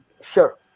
Sure